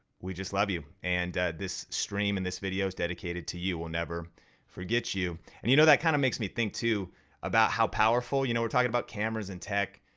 we just love you, and this stream and this video is dedicated to you. we'll never forget you. and you know that kind of makes me think too about how powerful, you know we're talking about cameras and tech,